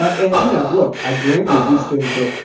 ah and you know, look, i. granted these things are.